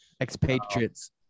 Expatriates